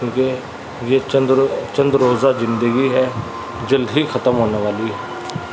کیونکہ یہ چند چند روزہ زندگی ہے جلد ہی ختم ہونے والی ہے